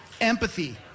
empathy